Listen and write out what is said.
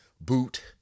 boot